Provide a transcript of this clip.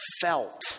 felt